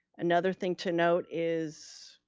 another thing to note is,